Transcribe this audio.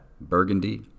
Burgundy